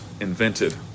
invented